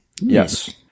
Yes